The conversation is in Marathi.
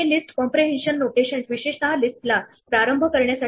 हे लिस्ट कम्प्रेहेन्शन नोटेशन लक्षात ठेवा